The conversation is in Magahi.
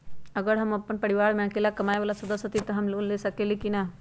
अगर हम अपन परिवार में अकेला कमाये वाला सदस्य हती त हम लोन ले सकेली की न?